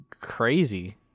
crazy